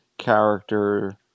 Character